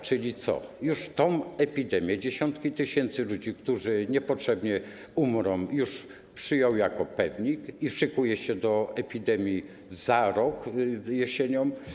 Czyli co, tę epidemię, dziesiątki tysięcy ludzi, którzy niepotrzebnie umrą, już przyjął jako pewnik i szykuje się do epidemii za rok jesienią?